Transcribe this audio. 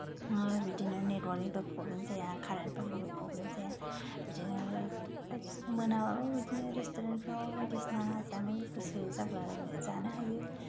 ओ बिदिनो नेतवर्कनिबो प्रब्लेम जाया खारेन्तफोरनिबो प्रब्लेम जाया बिदिनो बायदिसिना मोनायाव बिदिनो रेस्तुरेन्तफोराव बायदिसिना जानो गोसो जाब्लानो जानो हायो